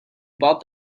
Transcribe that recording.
bought